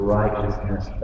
righteousness